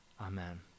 Amen